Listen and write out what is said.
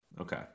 Okay